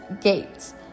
gates